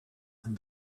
and